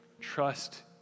Trust